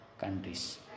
countries